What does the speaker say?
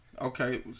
Okay